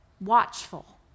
watchful